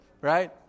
right